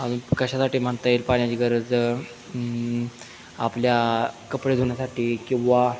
अजून कशासाठी म्हणता येईल पाण्याची गरज आपल्या कपडे धुण्यासाठी किंवा